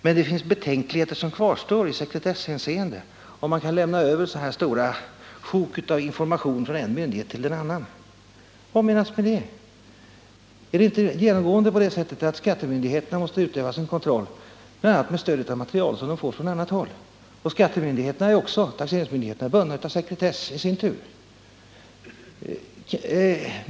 Men det kvarstår betänkligheter isekretesshänseende. Det är tveksamt om man bör kunna lämna över sådana här stora sjok av information från en myndighet till en annan. Vad menas med det? Är det inte genomgående på det sättet att skattemyndigheterna måste utöva sin kontroll bl.a. med stöd av material som de får från annat håll? Taxeringsmyndigheterna är ju bundna av sekretess i sin tur.